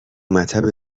مطب